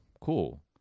cool